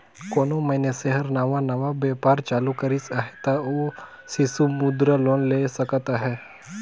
कोनो मइनसे हर नावा नावा बयपार चालू करिस अहे ता ओ सिसु मुद्रा लोन ले सकत अहे